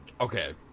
Okay